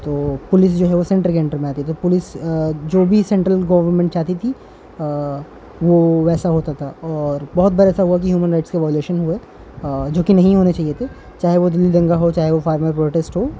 تو پولیس جو ہے وہ سینٹر کے انٹر میں آتی تو پولیس جو بھی سینٹرل گورنمنٹ چاہتی تھی وہ ویسا ہوتا تھا اور بہت بار ایسا ہوا کہ ہیومن رائٹس کے وائولیشن ہوئے جوکہ نہیں ہونے چاہیے تھے چاہے وہ دہلی دنگا ہو چاہے وہ فارمر پروٹیسٹ ہو